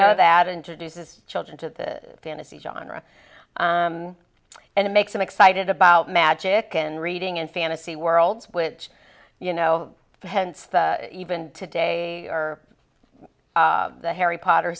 know that introduces children to this fantasy genre and it makes them excited about magic and reading and fantasy worlds which you know hence the even to day or the harry potter